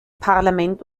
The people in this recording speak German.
parlament